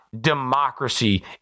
democracy